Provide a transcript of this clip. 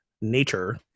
nature